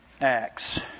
Acts